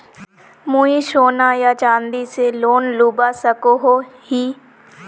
मुई सोना या चाँदी से लोन लुबा सकोहो ही?